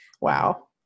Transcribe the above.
Wow